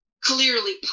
clearly